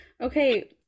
Okay